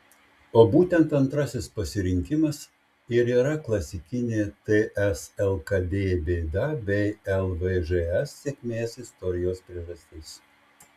o būtent antrasis pasirinkimas ir yra klasikinė ts lkd bėda bei lvžs sėkmės istorijos priežastis